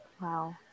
Wow